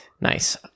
Nice